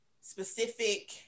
specific